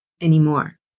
anymore